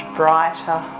brighter